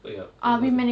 wait ah who are the